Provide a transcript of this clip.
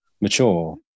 mature